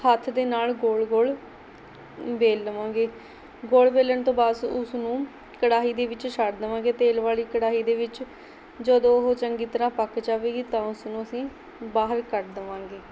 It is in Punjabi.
ਹੱਥ ਦੇ ਨਾਲ਼ ਗੋਲ ਗੋਲ ਵੇਲ ਲਵਾਂਗੇ ਗੋਲ ਵੇਲਣ ਤੋਂ ਬਸ ਉਸਨੂੰ ਕੜਾਹੀ ਦੇ ਵਿੱਚ ਛੱਡ ਦੇਵਾਂਗੇ ਤੇਲ ਵਾਲ਼ੀ ਕੜਾਹੀ ਦੇ ਵਿੱਚ ਜਦੋਂ ਉਹ ਚੰਗੀ ਤਰ੍ਹਾਂ ਪੱਕ ਜਾਵੇਗੀ ਤਾਂ ਉਸਨੂੰ ਅਸੀਂ ਬਾਹਰ ਕੱਢ ਦੇਵਾਂਗੇ